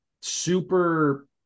super